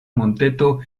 monteto